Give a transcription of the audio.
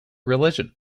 religion